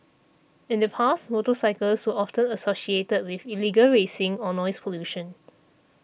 in the past motorcycles were often associated with illegal racing or noise pollution